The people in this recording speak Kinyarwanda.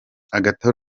agathon